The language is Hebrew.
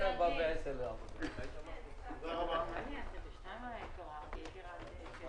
הישיבה ננעלה בשעה 11:00.